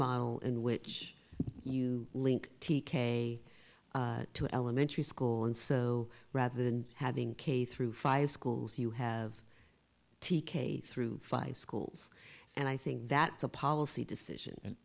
model in which you link t k to elementary school and so rather than having k through five schools you have t k through five schools and i think that's a policy decision